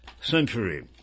century